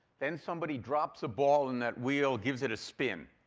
then somebody drops a ball in that wheel, gives it a spin.